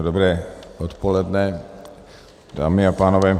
Dobré odpoledne, dámy a pánové.